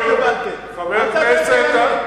חבר הכנסת,